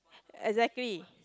exactly